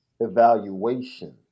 evaluation